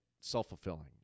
self-fulfilling